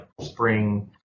spring